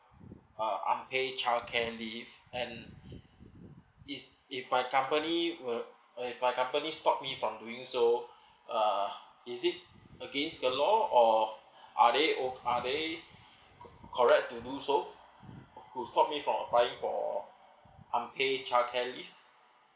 uh unpaid child care leave and is if my company will if my company stop me from doing so uh is it against the law or are they o~ are they correct to do so to stop me from applying for unpaid child care leave